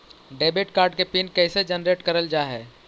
Debit card के PIN कैसे generate करल जाहै?